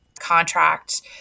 contract